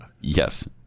Yes